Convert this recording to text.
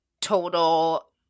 total